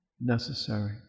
necessary